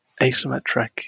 Asymmetric